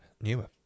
Newer